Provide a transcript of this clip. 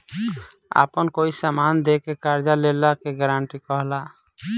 आपन कोई समान दे के कर्जा लेला के गारंटी कहला